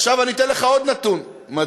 עכשיו, אני אתן לך עוד נתון מדהים: